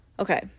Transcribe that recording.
okay